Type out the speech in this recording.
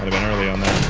been early on that.